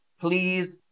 please